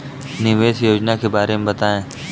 निवेश योजना के बारे में बताएँ?